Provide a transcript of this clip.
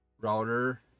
router